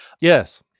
Yes